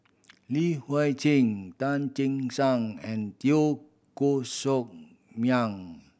Li Hui Cheng Tan Che Sang and Teo Koh Sock Miang